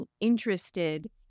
interested